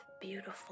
beautiful